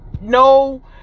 no